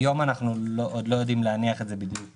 היום אנחנו עוד לא יודעים להניח את זה בדיוק